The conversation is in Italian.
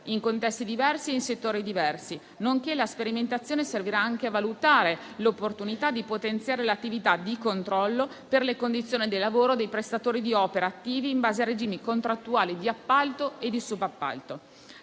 in contesti e settori diversi servirà anche a valutare l'opportunità di potenziare l'attività di controllo per le condizioni di lavoro dei prestatori di opera attivi in base a regimi contrattuali di appalto e subappalto.